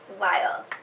Wild